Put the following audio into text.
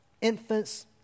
infants